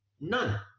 None